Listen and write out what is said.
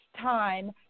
time